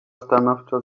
stanowczo